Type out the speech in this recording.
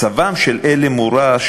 מצבם של אלה מורע,